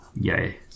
Yay